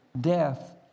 death